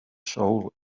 soul